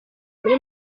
muri